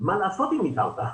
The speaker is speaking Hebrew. מה לעשות אם איתרת,